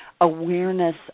awareness